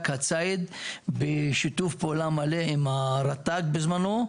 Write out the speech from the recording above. הציד בשיתוף פעולה מלא עם רט"ג בזמנו,